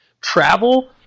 travel